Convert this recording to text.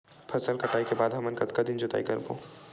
फसल कटाई के बाद हमन कतका दिन जोताई करबो?